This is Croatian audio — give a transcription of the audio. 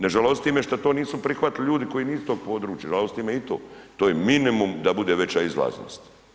Ne žalosti me što to nisu prihvatili ljudi koji nisu s tog područja, nažalost ima i to, to je minimum da bude veća izlaznost.